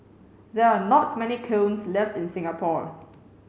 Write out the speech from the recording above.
there are not many kilns left in Singapore